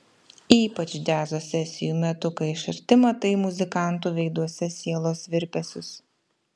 ypač džiazo sesijų metu kai iš arti matai muzikantų veiduose sielos virpesius